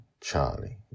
charlie